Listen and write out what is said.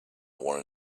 want